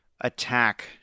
attack